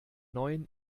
neuen